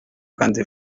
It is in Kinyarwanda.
kandi